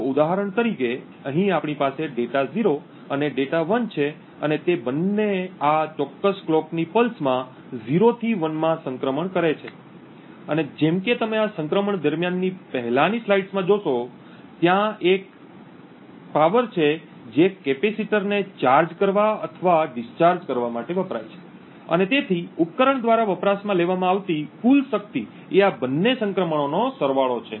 તો ઉદાહરણ તરીકે અહીં આપણી પાસે ડેટા 0 અને ડેટા 1 છે અને તે બંને આ ચોક્કસ કલોકની પલ્સમાં 0 થી 1 માં સંક્રમણ કરે છે અને જેમ કે તમે આ સંક્રમણ દરમિયાનની પહેલાંની સ્લાઇડ્સમાં જોશો ત્યાં એક શક્તિ છે જે કેપેસિટરને ચાર્જ કરવા અને ડિસ્ચાર્જ કરવા માટે વપરાય છે અને તેથી ઉપકરણ દ્વારા વપરાશમાં લેવામાં આવતી કુલ શક્તિ એ આ બંને સંક્રમણોનો સરવાળો છે